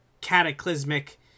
cataclysmic